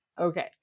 Okay